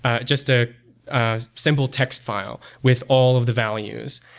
ah just a simple text file with all of the values.